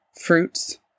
fruits